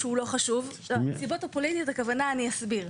לא, לגבי הנסיבות הפוליטיות אני אסביר.